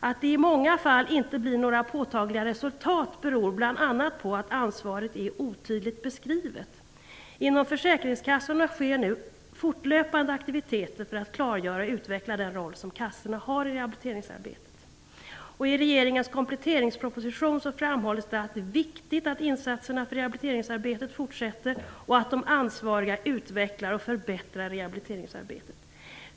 Att det i många fall inte blir några påtagliga resultat beror bl.a. på att ansvaret är otydligt beskrivet. Inom fösäkringskassorna sker nu fortlöpande aktiviteter för att klargöra och utveckla den roll som kassorna har i rehabiliteringsarbetet. I regeringens kompletteringsproposition framhålls det att det är viktigt att insatserna för rehabiliteringsarbetet fortsätter och att de ansvariga utvecklar och förbättrar rehabiliteringsarbetet.